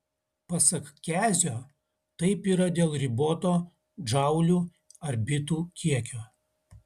pasak kezio taip yra dėl riboto džaulių ar bitų kiekio